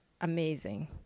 amazing